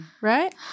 right